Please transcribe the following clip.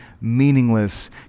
meaningless